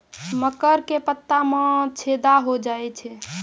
मकर के पत्ता मां छेदा हो जाए छै?